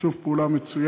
שיתוף פעולה מצוין,